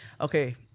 Okay